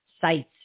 sites